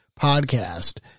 podcast